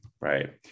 Right